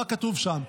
מה כתוב שם?